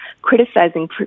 criticizing